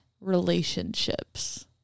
relationships